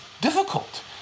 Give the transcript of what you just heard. difficult